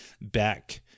back